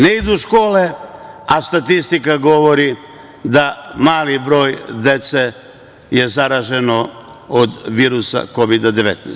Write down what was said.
Ne idu u škole, a statistika govori da mali broj dece je zaraženo od virusa Kovida 19.